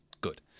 Good